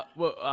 well